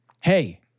hey